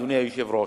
אדוני היושב-ראש.